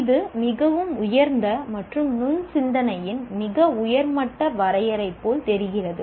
இது மிகவும் உயர்ந்த மற்றும் நுண் சிந்தனையின் மிக உயர் மட்ட வரையறை போல் தெரிகிறது